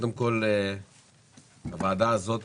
הוועדה הזאת